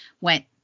went